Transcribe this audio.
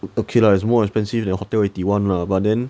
okay lah is more expensive than hotel eighty one lah but then